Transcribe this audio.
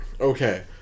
Okay